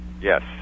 yes